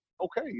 okay